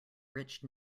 rich